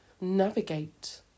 navigate